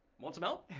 want some help?